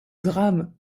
drame